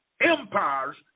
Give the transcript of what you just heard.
empires